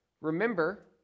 Remember